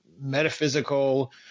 metaphysical